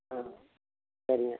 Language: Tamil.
ஆ சரிங்க